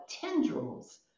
tendrils